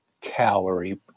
calorie